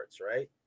right